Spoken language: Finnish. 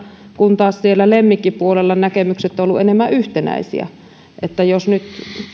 kun taas siellä lemmikkipuolella näkemykset ovat olleet enemmän yhtenäisiä jos nyt